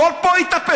הכול פה התהפך.